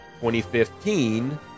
2015